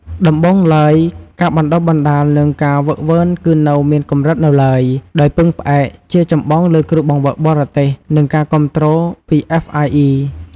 ដំបូងឡើយ ការបណ្តុះបណ្តាល និងការហ្វឹកហ្វឺនគឺនៅមានកម្រិតនៅឡើយ ដោយពឹងផ្អែកជាចម្បងលើគ្រូបង្វឹកបរទេស និងការគាំទ្រពី អ្វេស អាយ អុី។